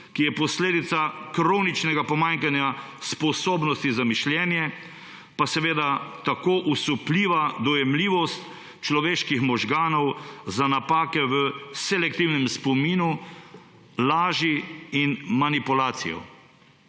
ki je posledica kroničnega pomanjkanja sposobnosti za mišljenje, pa seveda tako osupljiva dojemljivost človeških možganov za napake v selektivnem spominu, laži in manipulacijo.